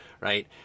Right